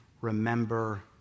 remember